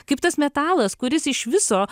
kaip tas metalas kuris iš viso